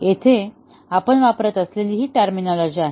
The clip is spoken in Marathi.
इथे आपण वापरत असलेली हि टर्मिनॉलॉजि आहे